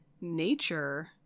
nature